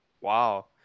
Wow